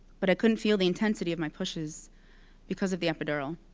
but i couldn't feel the intensity of my pushes because of the epidural.